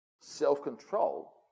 self-control